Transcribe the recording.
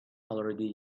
already